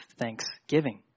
thanksgiving